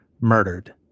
murdered